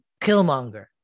Killmonger